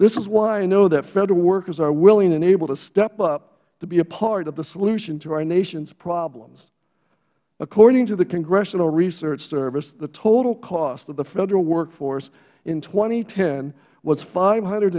this is why i know that federal workers are willing and able to step up to be a part of the solution to our nation's problems according to the congressional research service the total cost of the federal workforce in two thousand and ten was five hundred